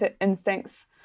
instincts